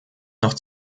noch